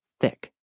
thick